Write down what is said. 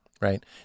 right